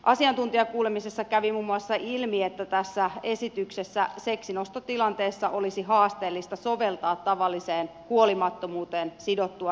asiantuntijakuulemisessa kävi ilmi muun muassa että tässä esityksessä seksinostotilanteessa olisi haasteellista soveltaa tavalliseen huolimattomuuteen sidottua rikostunnusmerkistöä